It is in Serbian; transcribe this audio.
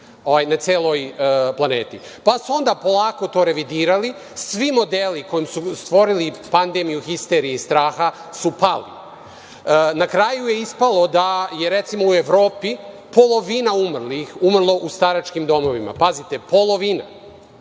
pa su onda polako to revidirali. Svi modeli koji su stvorili pandemiju histerije i straha su pali. Na kraju je ispalo da je, recimo, u Evropi polovina umrlih, umrlo u staračkim domovima. Pazite, polovina.